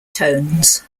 tones